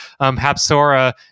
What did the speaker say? hapsora